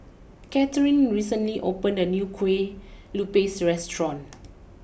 Katharyn recently opened a new Kueh Lupis restaurant